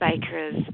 bakers